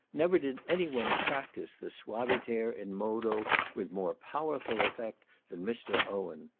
never did any one practise the suaviter in modo with more powerful effect than mr. owen.